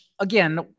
Again